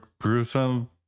gruesome